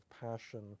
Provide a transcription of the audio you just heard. passion